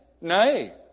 nay